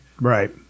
Right